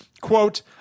quote